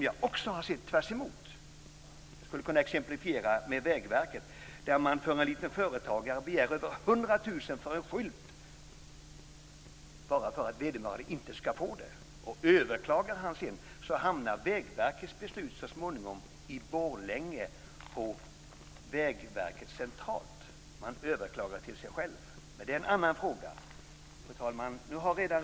Jag skulle kunna exemplifiera med Vägverket, som av en liten företagare begär över 100 000 kr för en skylt, bara för att vederbörande inte ska få den. Om han överklagar hamnar Vägverkets beslut så småningom i Borlänge på Vägverket centralt; man överklagar till sig själv. Men det är en annan fråga. Fru talman!